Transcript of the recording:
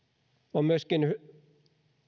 on myöskin